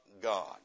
God